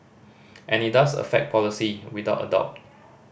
and it does affect policy without a doubt